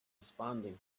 responding